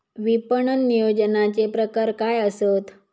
विपणन नियोजनाचे प्रकार काय आसत?